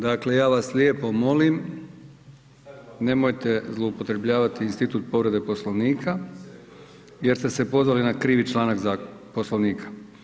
Dakle, ja vas lijepo molim nemojte zloupotrebljavati institut povrede Poslovnika jer ste se pozvali na krivi članak Poslovnika.